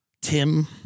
Tim